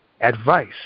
advice